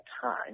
time